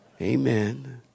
Amen